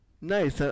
Nice